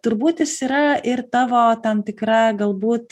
turbūt jis yra ir tavo tam tikra galbūt